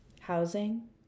Housing